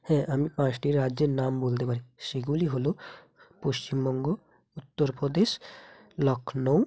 হ্যাঁ আমি পাঁচটি রাজ্যের নাম বলতে পারি সেগুলি হলো পশ্চিমবঙ্গ উত্তরপ্রদেশ লখনউ